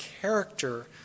character